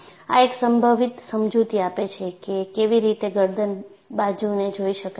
આ એક સંભવિત સમજૂતી આપે છે કે કેવી રીતે ગરદન બાજુને જોઈ શકાય છે